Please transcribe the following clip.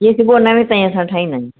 इहे सुबुह जो नवें ताईं असां ठाहींदा आहियूं